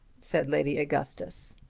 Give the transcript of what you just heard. said lady augustus.